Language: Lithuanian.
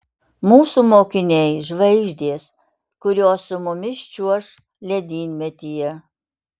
mūsų mokiniai žvaigždės kurios su mumis čiuoš ledynmetyje